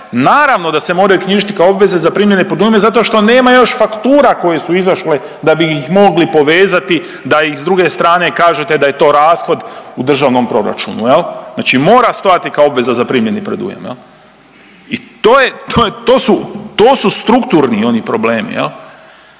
Naravno da se moraju knjižiti kao obveze za primljene predujmove zato što nema još faktura koje su izašle da bi ih mogli povezati, da ih s druge strane kažete da je to rashod u državnom proračunu, je li? Znači mora stojati kao obveza za primljeni predujam jel i to je, to je, to su, to su strukturni oni problemi